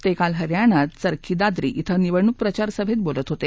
ते काल हरयाणात चरखी दाद्री कें निवडणूक प्रचार सभेत बोलत होते